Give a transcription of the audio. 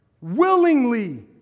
willingly